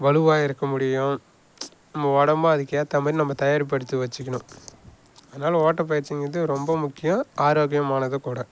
வலுவாக இருக்கமுடியும் நம்ம உடம்பும் அதுக்கு ஏற்ற மாதிரி நம்ம தயார்படுத்தி வச்சுக்கணும் அதனால ஓட்ட பயிற்சிங்கிறது ரொம்ப முக்கியம் ஆரோக்கியமானதும் கூட